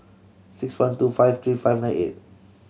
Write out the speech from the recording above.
six one two five three five nine eight